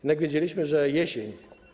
Jednak wiedzieliśmy, że jesień.